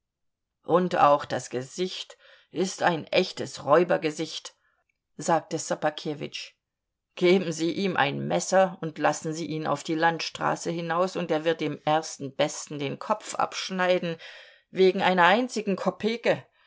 und auch das gesicht ist ein echtes räubergesicht sagte ssobakewitsch geben sie ihm ein messer und lassen sie ihn auf die landstraße hinaus und er wird dem ersten besten den kopf abschneiden wegen einer einzigen kopeke